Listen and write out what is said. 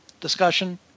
discussion